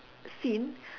scene